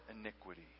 iniquity